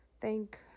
thank